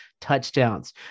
touchdowns